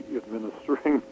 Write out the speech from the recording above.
administering